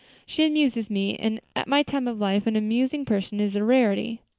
she amuses me, and at my time of life an amusing person is a rarity.